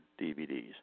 DVDs